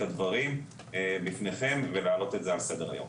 הדברים בפניכם ולהעלות את זה על סדר היום,